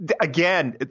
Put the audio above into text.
Again